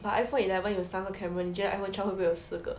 but iphone eleven 有三个 camera 你觉得 iphone twelve 会不会有四个